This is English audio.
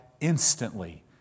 instantly